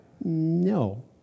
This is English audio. No